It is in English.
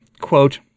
Quote